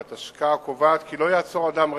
התשכ"א 1961, קובעת כי "לא יעצור אדם רכב,